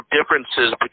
differences